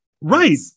right